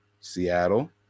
seattle